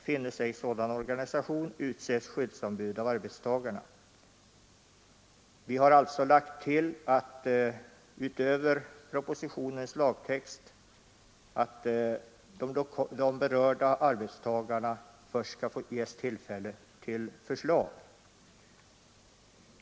Finnes ej sådan organisation, utses skyddsombud av arbetstagarna.” Vi har alltså utöver propositionens lagtext tillagt att de berörda arbetstagarna först skall ges tillfälle till förslag.